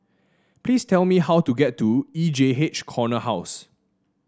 please tell me how to get to E J H Corner House